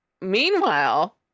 meanwhile